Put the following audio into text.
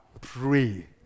Pray